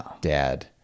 dad